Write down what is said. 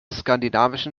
skandinavischen